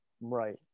Right